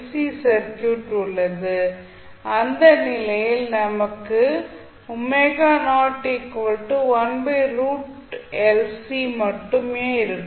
C circuit உள்ளது அந்த நிலையில் நமக்கு மட்டுமே இருக்கும்